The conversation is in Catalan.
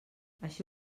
així